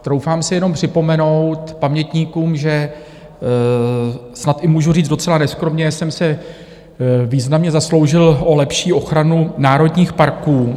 Troufám si jenom připomenout pamětníkům, že snad i můžu říct docela neskromně jsem se významně zasloužil o lepší ochranu národních parků.